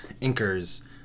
inkers